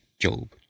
Job